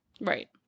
Right